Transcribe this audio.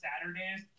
Saturdays